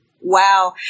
Wow